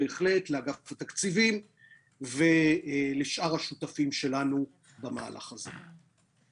לאגף התקציבים ולשאר השותפים שלנו במהלך הזה.